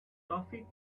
toffee